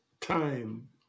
time